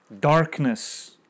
darkness